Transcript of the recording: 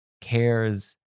cares